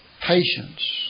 patience